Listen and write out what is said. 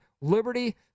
Liberty